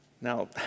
Now